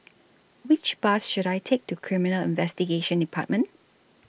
Which Bus should I Take to Criminal Investigation department